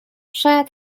شاید